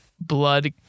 blood